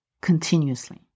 continuously